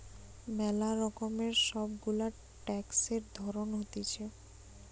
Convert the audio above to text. ম্যালা রকমের সব গুলা ট্যাক্সের ধরণ হতিছে